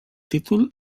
títol